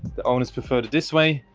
the owner preferred it this way.